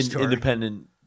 independent